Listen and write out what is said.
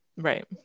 Right